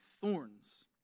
thorns